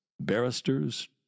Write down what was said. Barristers